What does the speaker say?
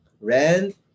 rent